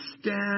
stand